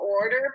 order